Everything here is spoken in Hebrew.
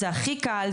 זה הכי קל,